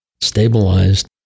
stabilized